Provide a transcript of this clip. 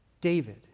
David